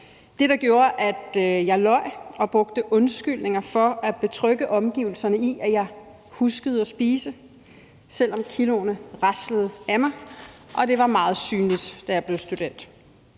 det, der gjorde, at jeg løj og brugte undskyldninger for at betrygge omgivelserne i, at jeg huskede at spise, selv om kiloene raslede af mig og det var meget synligt, da jeg blev student.